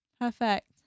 Perfect